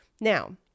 Now